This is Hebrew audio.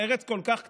ארץ כל כך קטנה,